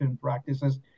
practices